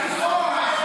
שעברה.